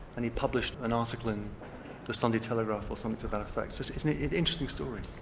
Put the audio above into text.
and he published an article in the sunday telegraph or something to that effect. it's it's an interesting story.